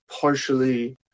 partially